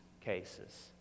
cases